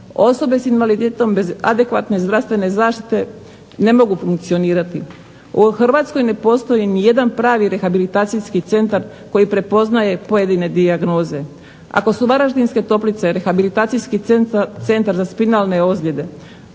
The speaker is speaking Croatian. Osobe sa invaliditetom bez adekvatne zdravstvene zaštite ne mogu funkcionirati. U Hrvatskoj ne postoji ni jedan pravi rehabilitacijski centar koji prepoznaje pojedine dijagnoze. Ako su Varaždinske toplice rehabilitacijski centar za finalne ozljede